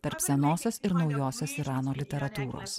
tarp senosios ir naujosios irano literatūros